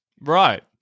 right